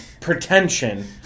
pretension